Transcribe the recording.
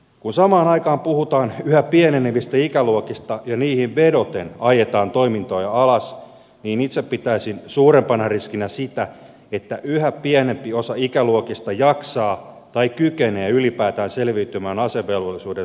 kun samaan aikaan puhutaan yhä pienevistä ikäluokista ja niihin vedoten ajetaan toimintoja alas niin itse pitäisin suurempana riskinä sitä että yhä pienempi osa ikäluokista jaksaa tai kykenee ylipäätään selviytymään asevelvollisuuden suorittamisesta